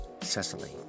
Cecily